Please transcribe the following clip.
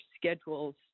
schedules